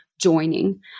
joining